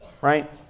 Right